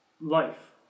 life